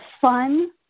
fun